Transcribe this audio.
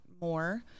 more